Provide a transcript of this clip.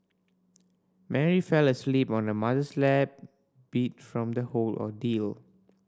Mary fell asleep on her mother's lap beat from the whole ordeal